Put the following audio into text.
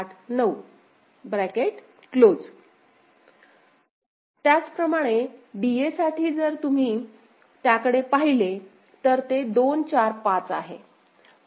𝐷𝐷𝐵𝐵𝐹𝐹𝐵𝐵𝑛𝑛𝐴𝐴𝑛𝑛𝐼𝐼𝐽𝐽 Σ𝑚𝑚3689 त्याचप्रमाणे DA साठी जर तुम्ही त्याकडे पाहिले तर ते 2 4 5 आहे